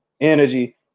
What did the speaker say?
energy